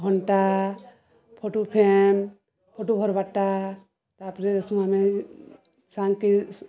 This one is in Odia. ଘଣ୍ଟା ଫଟୁ ଫ୍ରେମ୍ ଫଟୁ ଭରବାରଟା ତାପରେ ସୁ ଆମେ ସାଙ୍ଗଙ୍କେ